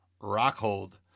Rockhold